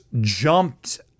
jumped